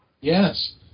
Yes